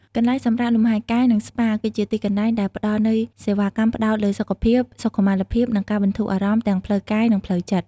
កន្លែងសម្រាកលំហែកាយ និងស្ប៉ា គឺជាទីកន្លែងដែលផ្តល់នូវសេវាកម្មផ្តោតលើសុខភាព សុខុមាលភាព និងការបន្ធូរអារម្មណ៍ ទាំងផ្លូវកាយ និងផ្លូវចិត្ត។